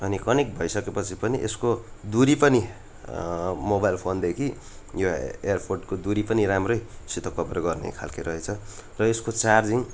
अनि कनेक्ट भइसकेपछि पनि यसको दुरी पनि मोबाइल फोनदेखि यो ए एयरपोडको दुरी पनि राम्रैसित कभर गर्ने खालके रहेछ र यसको चार्जिङ